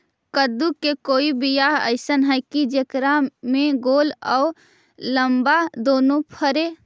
कददु के कोइ बियाह अइसन है कि जेकरा में गोल औ लमबा दोनो फरे?